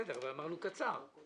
בסדר, אבל אמרנו שתדבר בקצרה.